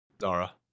zara